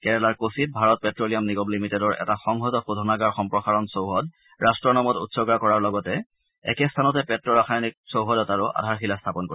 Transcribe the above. কেৰালাৰ কোচীত ভাৰত পেট্ৰ'লিয়াম নিগম লিমিটেডৰ এটা সংহত শোধানাগাৰ সম্প্ৰসাৰণ চৌহদ ৰাট্টৰ নামত উৎসৰ্গা কৰাৰ লগতে একে স্থানতে পেট্ ৰাসায়নিক চৌহদ এটাৰো আধাৰশিলা স্থাপন কৰিব